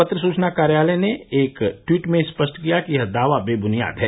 पत्र सूचना कार्यालय ने एक ट्वीट में स्पष्ट किया कि यह दावा बेबुनियाद है